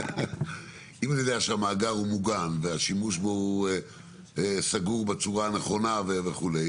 אם אני יודע שהמאגר הוא מוגן והשימוש בו הוא סגור בצורה הנכונה וכו'.